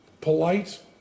polite